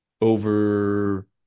over